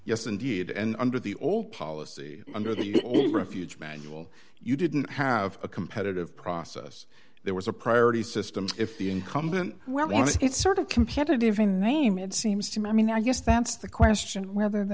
yes indeed and under the old policy under the refuge manual you didn't have a competitive process there was a priority system if the incumbent well it's sort of competitive in name it seems to me i mean i guess that's the question whether the